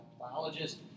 biologist